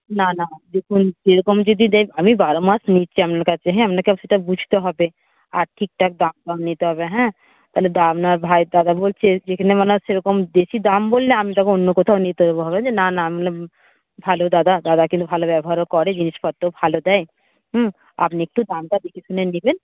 না না দেখুন সে রকম যদি দেন আমি বারো মাস নিচ্ছি আপনার কাছে হ্যাঁ আপনাকে সেটা বুঝতে হবে আর ঠিকঠাক দাম ফাম নিতে হবে হ্যাঁ তা নয়তো আপনার ভাই দাদা বলছে যে এখানে মনে হয় সেরকম বেশি দাম বললে আমি তখন অন্য কোথাও নিতে হবে আমি বলছি না না ভালো দাদা দাদা কিন্তু ভালো ব্যবহারও করে জিনিসপত্র ভালো দেয় আপনি একটু দামটা দেখে শুনে নেবেন